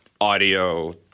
Audio